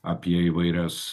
apie įvairias